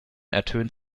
ertönt